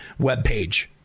webpage